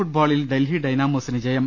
ഫുഡ്ബോളിൽ ഡൽഹി ഡൈനാമോസിന് ജയം